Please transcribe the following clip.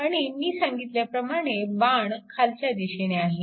आणि मी सांगितल्याप्रमाणे बाण खालच्या दिशेने आहे